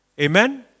amen